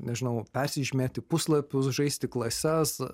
nežinau persižymėti puslapius žaisti klases